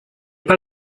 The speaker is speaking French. pas